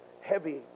heavy